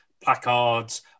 placards